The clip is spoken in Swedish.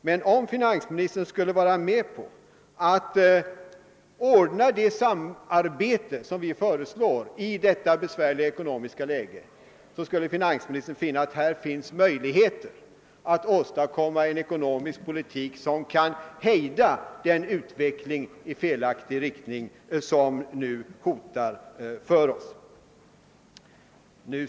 Men om finansministern skulle vara med om att ordna det samarbete som vi föreslår i detta besvärliga ekonomiska läge, skulle han finna att det härvidlag finns möjligheter att åstadkomma cen ekonomisk politik som kan hejda den utveckling i felaktig riktning som nu hotar oss.